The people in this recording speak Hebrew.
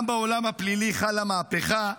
גם בעולם הפלילי חלה מהפכה.